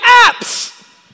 apps